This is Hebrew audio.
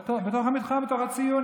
בתוך המתחם, בתוך הציון.